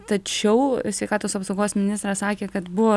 tačiau sveikatos apsaugos ministras sakė kad buvo